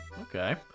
okay